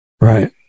Right